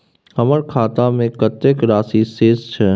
हमर खाता में कतेक राशि शेस छै?